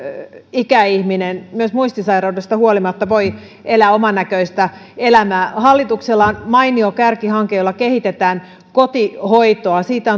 ikäihminen myös muistisairaudesta huolimatta voi elää omannäköistään elämää hallituksella on mainio kärkihanke jolla kehitetään kotihoitoa siitä